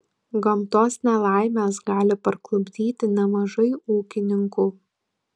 gamtos nelaimės gali parklupdyti nemažai ūkininkų